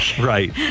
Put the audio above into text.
Right